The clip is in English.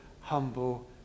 humble